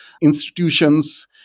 institutions